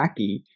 wacky